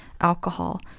alcohol